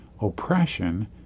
Oppression